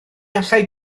allai